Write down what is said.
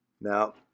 Now